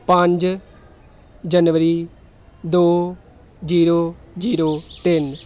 ਪੰਜ ਜਨਵਰੀ ਦੋ ਜੀਰੋ ਜੀਰੋ ਤਿੰਨ